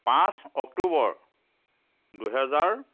পাঁচ অক্টোবৰ দুহেজাৰ